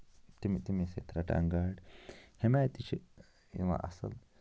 تَمہِ تَمی سۭتۍ رَٹان گاڈٕ ہُمہِ آیہِ تہِ چھِ یِوان اَصٕل